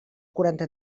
quaranta